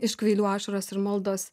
iš kvailių ašaros ir maldos